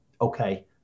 okay